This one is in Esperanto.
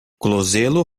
klozelo